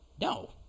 No